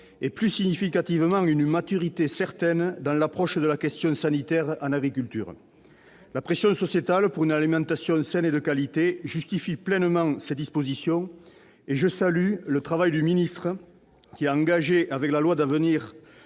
et, plus significativement, une maturité certaine dans l'approche de la question sanitaire en agriculture. La pression sociétale pour une alimentation saine et de qualité justifie pleinement ces dispositions. Je salue le travail du ministre, qui a engagé, avec la loi d'avenir